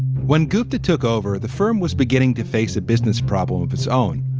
when gupta took over, the firm was beginning to face a business problem of its own.